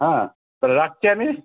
হ্যাঁ তাহলে রাখছি আমি